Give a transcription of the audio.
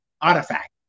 artifact